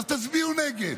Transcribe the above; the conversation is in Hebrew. אז תצביעו נגד.